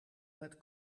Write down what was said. met